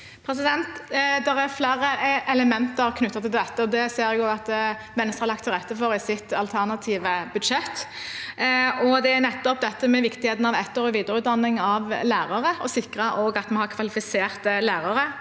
Det er fle- re elementer knyttet til dette. Det ser jeg at Venstre har lagt til rette for i sitt alternative budsjett. Det er viktigheten av etter- og videreutdanning av lærere og å sikre at vi har kvalifiserte lærere.